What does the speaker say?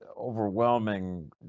overwhelming